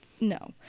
No